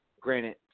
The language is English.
granted